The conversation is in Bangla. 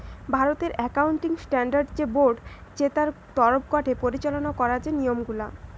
ভারতের একাউন্টিং স্ট্যান্ডার্ড যে বোর্ড চে তার তরফ গটে পরিচালনা করা যে নিয়ম গুলা